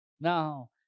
Now